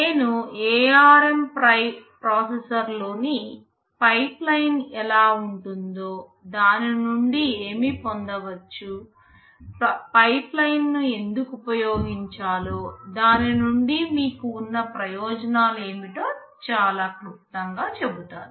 నేను ARM ప్రాసెసర్లోని pipeline ఎలా ఉంటుందో దాని నుండి ఏమి పొందవచ్చు పైప్లైన్ను ఎందుకు ఉపయోగించాలో దాని నుండి మీకు ఉన్న ప్రయోజనాలు ఏమిటో చాలా క్లుప్తంగా చెబుతాను